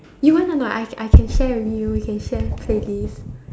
you want or not I I can share with you we can share playlist